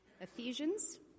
Ephesians